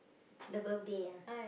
the birthday ah